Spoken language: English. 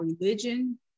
religion